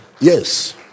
yes